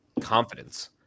confidence